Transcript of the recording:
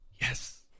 Yes